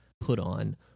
put-on